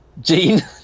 Gene